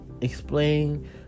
explain